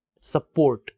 support